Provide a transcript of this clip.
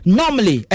normally